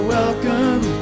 welcome